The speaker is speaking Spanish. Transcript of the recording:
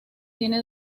tiene